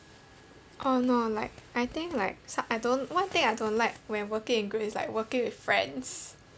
oh no like I think like s~ I don't one thing I don't like when working in group is like working with friends